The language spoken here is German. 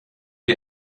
die